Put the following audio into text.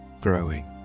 growing